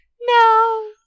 No